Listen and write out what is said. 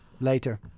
Later